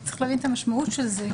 צריך להבין את המשמעות של זה,